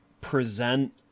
present